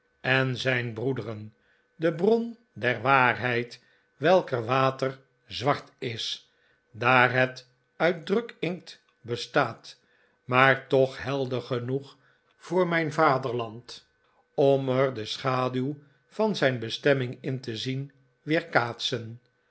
en zijn broederen de bron der waarheid welker water zwart is daar het uit drukinkt bestaat maar toch helder genoeg voor mijn vaderland om er de schaduw van zijn bestemming in te zien weerkaatsen